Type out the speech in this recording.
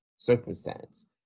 circumstance